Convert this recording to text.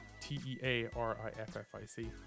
t-e-a-r-i-f-f-i-c